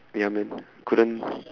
ya man couldn't